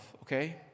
okay